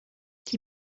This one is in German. die